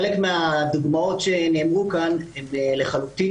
חלק מהדוגמאות שנאמרו כאן הן לחלוטין